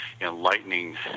enlightening